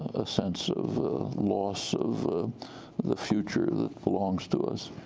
a sense of loss of the future that belongs to us,